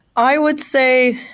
i would say,